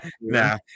Nah